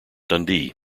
dundee